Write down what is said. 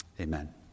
Amen